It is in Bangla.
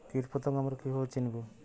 কীটপতঙ্গ আমরা কীভাবে চিনব?